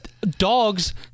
dogs